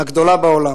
הגדולה בעולם.